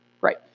Right